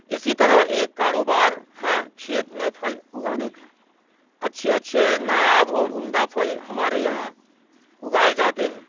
اسی طرح ایک کاروبار ہے کھیت میں پھل اگانے کا اچھے اچھے نایاب اور عمدہ پھل ہمارے یہاں اگائے جاتے ہیں